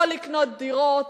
לא לקנות דירות,